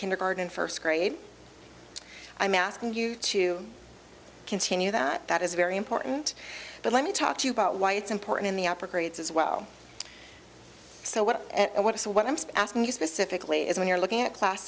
kindergarten first grade i'm asking you to continue that that is very important but let me talk to you about why it's important in the upper grades as well so what i want to so what i'm asking you specifically is when you're looking at class